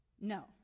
no